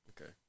Okay